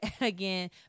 again